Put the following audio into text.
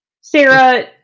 Sarah